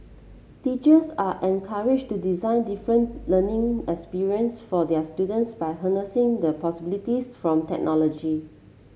teachers are encouraged to design different learning experience for their students by harnessing the possibilities from technology